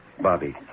Bobby